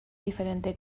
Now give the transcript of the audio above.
diferente